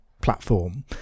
platform